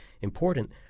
important